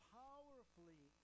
powerfully